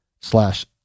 slash